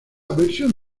versión